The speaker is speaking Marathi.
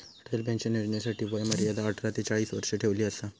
अटल पेंशन योजनेसाठी वय मर्यादा अठरा ते चाळीस वर्ष ठेवली असा